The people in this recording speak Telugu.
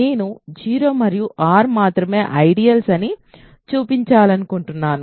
నేను 0 మరియు R మాత్రమే ఐడియల్స్ అని చూపించాలనుకుంటున్నాను